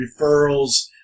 referrals